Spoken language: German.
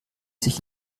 sich